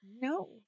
No